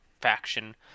faction